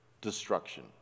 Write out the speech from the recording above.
destruction